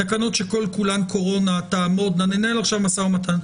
תקנות שכל-כולן תעמודנה - ננהל עכשיו משט ומתן,